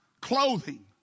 clothing